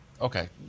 Okay